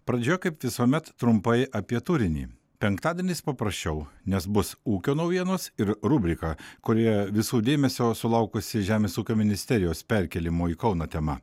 pradžioje kaip visuomet trumpai apie turinį penktadieniais paprasčiau nes bus ūkio naujienos ir rubrika kurioje visų dėmesio sulaukusi žemės ūkio ministerijos perkėlimo į kauną tema